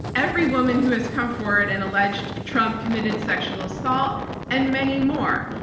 every woman who has come forward and alleged trump committed sexual assault and many more.